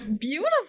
beautiful